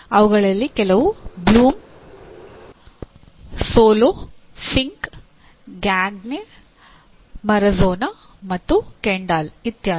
ಅವುಗಳಲ್ಲಿ ಕೆಲವು ಬ್ಲೂಮ್ ಇತ್ಯಾದಿ